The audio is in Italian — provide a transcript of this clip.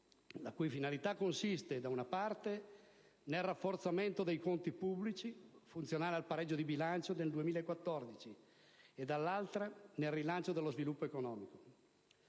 la cui finalità consiste, da una parte , nel rafforzamento dei conti pubblici funzionale al pareggio di bilancio nel 2014 e, dall'altra, nel rilancio dello sviluppo economico.